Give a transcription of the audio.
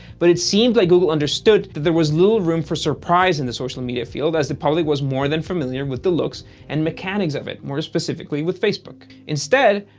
but it seemed like google understood that there was little room for surprise in the social media field as the public was more than familiar with the looks and mechanics of it, more specifically, facebook. instead,